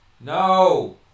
No